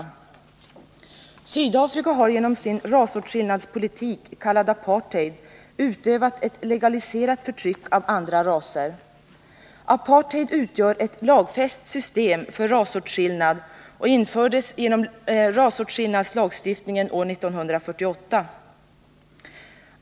— flygningar på Syd Sydafrika har genom sin rasåtskillnadspolitik, kallad apartheid, utövat ett — afrika, m.m. legaliserat förtryck av andra raser. Apartheid utgör ett lagfäst system för rasåtskillnad och infördes i och med rasåtskillnadslagstiftningen år 1948.